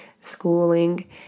schooling